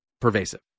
pervasive